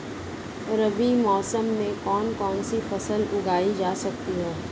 रबी मौसम में कौन कौनसी फसल उगाई जा सकती है?